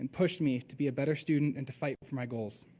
pushed me to be a better student and to fight for my goals.